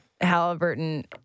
Halliburton